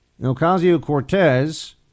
Ocasio-Cortez